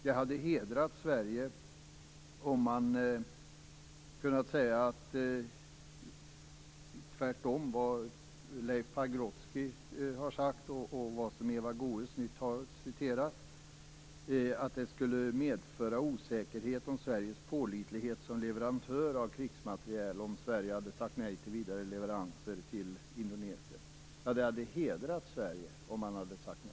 Leif Pagrotsky har sagt, vilket Eva Goës nyss har citerat, att det skulle medföra osäkerhet om Sveriges pålitlighet som leverantör om Sverige hade sagt nej till vidare leveranser till Indonesien. Det hade hedrat Sverige om man hade sagt nej.